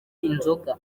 inzoga